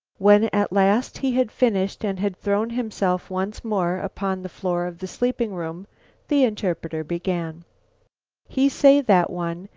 when at last he had finished and had thrown himself once more upon the floor of the sleeping-room, the interpreter began he say, that one,